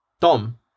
Tom